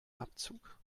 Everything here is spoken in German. abzug